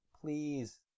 please